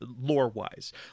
lore-wise